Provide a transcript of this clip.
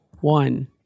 one